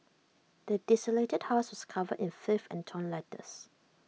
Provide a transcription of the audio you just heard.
the desolated house was covered in filth and torn letters